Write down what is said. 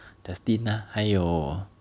Justina 还有